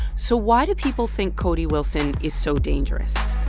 so why do people think cody wilson is so dangerous?